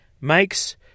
makes